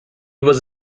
was